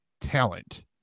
talent